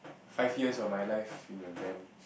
five years of my life in a band